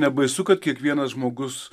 nebaisu kad kiekvienas žmogus